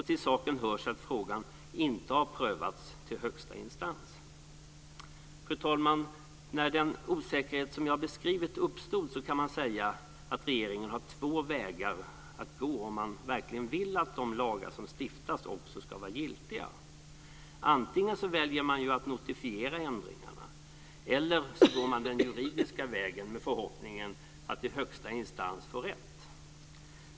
Till saken hör att frågan inte har prövats till högsta instans. Fru talman! När den osäkerhet som jag har beskrivit uppstod kan man säga att regeringen har två vägar att gå, om man verkligen vill att de lagar som stiftas också ska vara giltiga. Antingen väljer man att notifiera ändringarna, eller så går man den juridiska vägen med förhoppningen att i högsta instans få rätt.